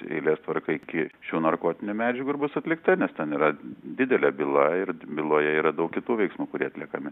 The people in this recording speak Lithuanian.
eilės tvarka iki šių narkotinių medžiagų ir bus atlikta nes ten yra didelė byla ir byloje yra daug kitų veiksmų kurie atliekami